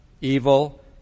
evil